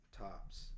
tops